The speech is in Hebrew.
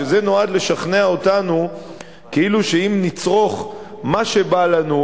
שזה נועד לשכנע אותנו כאילו שאם נצרוך מה שבא לנו,